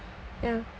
ya